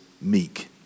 meek